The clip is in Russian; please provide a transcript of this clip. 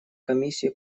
комиссию